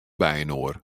byinoar